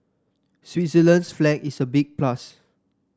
Switzerland's flag is a big plus